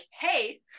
hey